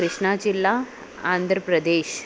కృష్ణాజిల్లా ఆంధ్రప్రదేశ్